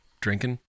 drinking